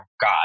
God